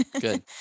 Good